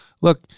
look